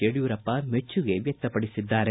ಯಡಿಯೂರಪ್ಪ ಮೆಚ್ಚುಗೆ ವ್ಯಕ್ತಪಡಿಸಿದ್ದಾರೆ